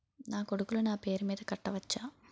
నా కొడుకులు నా పేరి మీద కట్ట వచ్చా?